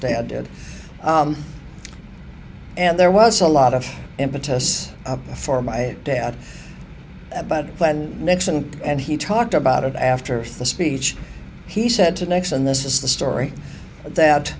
had and there was a lot of impetus for my dad about plan nixon and he talked about it after the speech he said to next and this is the story that